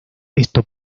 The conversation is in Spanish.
esto